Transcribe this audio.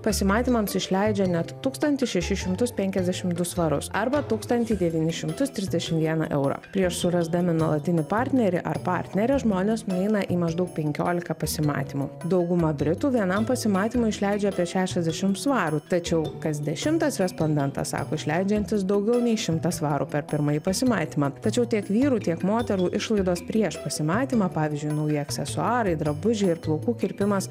pasimatymams išleidžia net tūkstantį šešis šimtus penkiasdešim du svarus arba tūkstantį devynis šimtus trisdešim vieną eurą prieš surasdami nuolatinį partnerį ar partnerę žmonės nueina į maždaug penkiolika pasimatymų dauguma britų vienam pasimatymui išleidžia apie šešiasdešim svarų tačiau kas dešimtas respondentas sako išleidžiantys daugiau nei šimtą svarų per pirmąjį pasimatymą tačiau tiek vyrų tiek moterų išlaidos prieš pasimatymą pavyzdžiui nauji aksesuarai drabužiai ir plaukų kirpimas